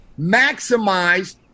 maximize